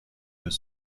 peut